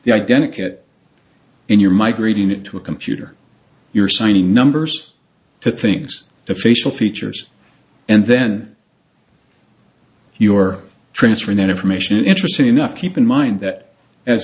the identical in your migrating into a computer you're signing numbers to things the facial features and then your transfer that information interesting enough keep in mind that as